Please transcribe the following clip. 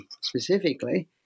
specifically